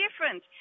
different